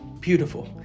beautiful